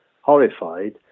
horrified